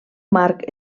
marc